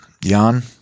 Jan